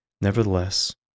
Nevertheless